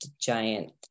giant